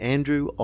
Andrew